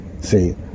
see